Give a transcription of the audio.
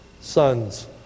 sons